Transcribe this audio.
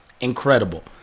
incredible